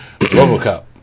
Robocop